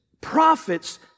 prophets